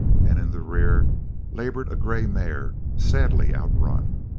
and in the rear labored a grey mare, sadly outrun.